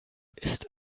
ist